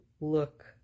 look